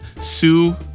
sue